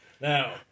Now